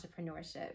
entrepreneurship